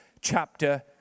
Chapter